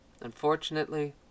Unfortunately